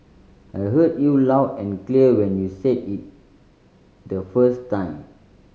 I heard you loud and clear when you said it the first time